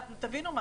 תבינו,